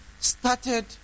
started